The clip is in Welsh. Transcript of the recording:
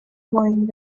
moyn